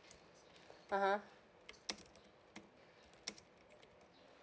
ah ha